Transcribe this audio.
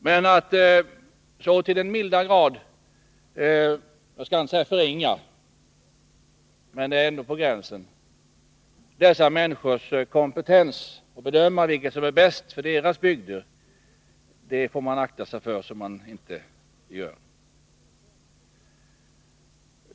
Men att så till den milda grad på gränsen till att förringa dessa människors kompetens när det gäller att bedöma vad som är bäst för deras bygder, det får man akta sig för.